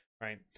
right